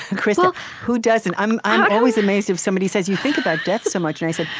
who so who doesn't? i'm i'm always amazed if somebody says, you think about death so much. and i say,